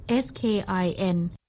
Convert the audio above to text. Skin